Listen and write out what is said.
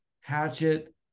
Hatchet